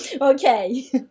okay